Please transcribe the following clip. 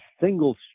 single